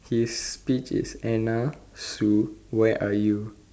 his speech is Anna Sue where are you